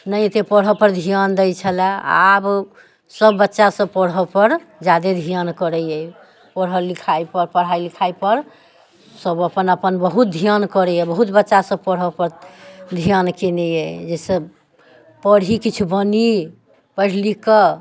नै एते पढ़ऽ पर ध्यान दय छलय आब सब बच्चा सब पढ़ऽ पर ज्यादा ध्यान करैये पढ़ लिखाइ पर पढ़ाइ लिखाइ पर सब अपन अपन बहुत ध्यान करैये बहुत बच्चा सब पढ़ऽ पर ध्यान केने अय जैसँ पढ़ी किछ बनी पइढ़ लिख कऽ